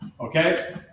Okay